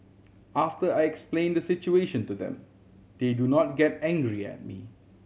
after I explain the situation to them they do not get angry at me